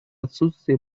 отсутствие